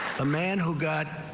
the man who got.